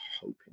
hoping